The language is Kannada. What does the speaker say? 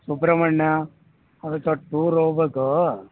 ಸುಬ್ರಹ್ಮಣ್ಯ ಒಂದೀಟು ಟೂರ್ ಹೋಗಬೇಕು